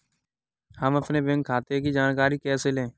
हम अपने बैंक खाते की जानकारी कैसे लें?